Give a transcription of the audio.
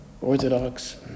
Orthodox